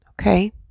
Okay